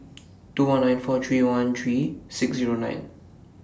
two one nine four three one three six Zero nine